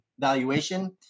valuation